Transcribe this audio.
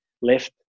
left